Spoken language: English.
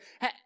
hey